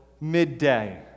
midday